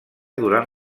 durant